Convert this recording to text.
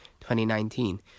2019